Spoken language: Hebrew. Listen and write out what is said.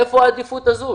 איפה העדיפות הזאת?